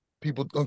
people